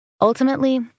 Ultimately